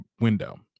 window